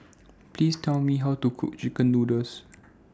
Please Tell Me How to Cook Chicken Noodles